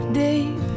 deep